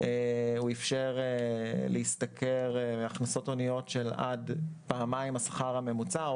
הוא אפשר להשתכר הכנסות הוניות של עד פעמיים השכר הממוצע,